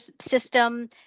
system